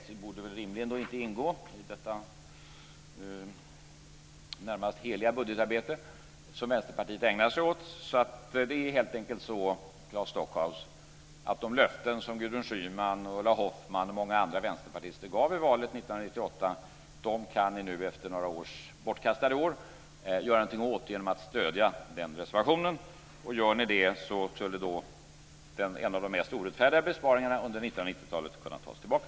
Det borde rimligen inte ingå i det närmast heliga budgetarbete som Vänsterpartiet ägnar sig åt. Det är helt enkelt så, Claes Stockhaus, att ni nu efter några bortkastade år kan göra någonting åt de löften som Gudrun Schyman, Ulla Hoffmann och många andra vänsterpartister gav i valet 1998 genom att stödja reservationen. Gör ni det skulle en av de mest orättfärdiga besparingarna under 1990-talet kunna tas tillbaka.